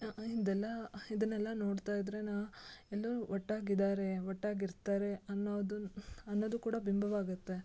ಇದೆಲ್ಲಾ ಇದನ್ನೆಲ್ಲ ನೋಡ್ತಾ ಇದ್ದರೆ ನಾ ಎಲ್ಲರೂ ಒಟ್ಟಾಗಿದ್ದಾರೇ ಒಟ್ಟಾಗಿರ್ತಾರೆ ಅನ್ನೋದನ್ನು ಅನ್ನೋದು ಕೂಡ ಬಿಂಬವಾಗುತ್ತೆ